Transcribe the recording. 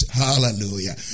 hallelujah